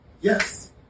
Yes